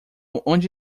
onde